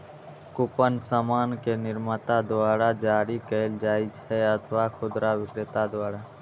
coupon सामान के निर्माता द्वारा जारी कैल जाइ छै अथवा खुदरा बिक्रेता द्वारा